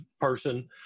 person